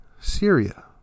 Syria